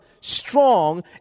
strong